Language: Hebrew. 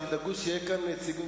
תדאגו שיהיה כאן נציג הממשלה.